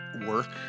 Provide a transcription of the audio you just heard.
work